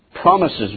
promises